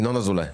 ינון אזולאי.